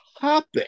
topic